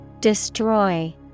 destroy